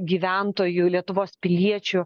gyventojų lietuvos piliečių